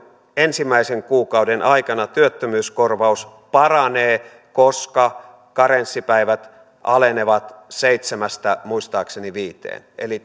ensimmäisen kuukauden aikana työttömyyskorvaus paranee koska karenssipäivät alenevat seitsemästä muistaakseni viiteen eli